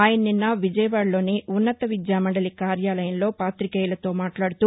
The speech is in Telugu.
ఆయన నిస్న విజయవాడలోని ఉ న్నత విద్యా మండలి కార్యాలయంలో పాతికేయులతో మాట్లాడుతూ